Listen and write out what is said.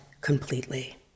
completely